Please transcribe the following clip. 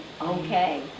okay